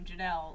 Janelle